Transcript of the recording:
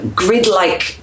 grid-like